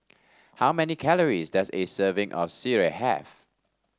how many calories does a serving of Sireh have